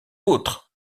autres